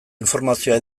informazioa